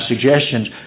suggestions